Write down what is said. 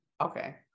okay